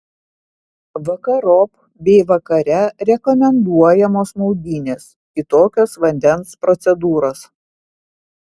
vakarop bei vakare rekomenduojamos maudynės kitokios vandens procedūros